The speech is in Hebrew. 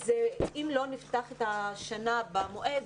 אם לא נפתח את השנה במועד,